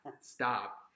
stop